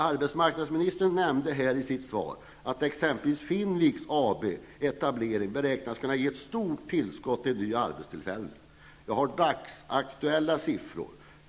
Arbetsmarknadsministern nämnde här i sitt svar att exempelvis Finvik ABs etablering beräknas kunna ge ett stort tillskott av nya arbetstillfällen. Jag har dagsaktuella siffror.